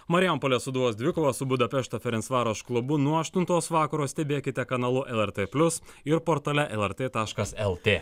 marijampolės sūduvos dvikova su budapešto ferensvaroš klubu nuo aštuntos vakaro stebėkite kanalu lrt plius ir portale lrt taškas lt